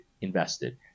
invested